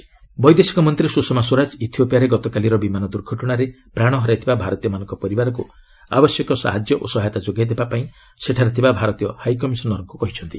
Ethiopia crash Sushma ବୈଦେଶିକ ମନ୍ତ୍ରୀ ସୁଷମା ସ୍ୱରାଜ ଇଥିଓପିଆରେ ଗତକାଲିର ବିମାନ ଦୁର୍ଘଟଣାରେ ପ୍ରାଣ ହରାଇଥିବା ଭାରତୀୟମାନଙ୍କ ପରିବାରକୁ ଆବଶ୍ୟକୀୟ ସହାଯ୍ୟ ଓ ସହାୟତା ଯୋଗାଇ ଦେବାପାଇଁ ସେଠାରେ ଥିବା ଭାରତୀୟ ହାଇକମିଶନର୍ଙ୍କୁ କହିଛନ୍ତି